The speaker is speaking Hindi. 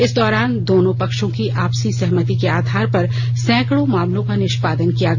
इस दौरान दोनों पक्षों की आपसी सहमति के आधार पर सैकडों मामलों का निष्पादन किया गया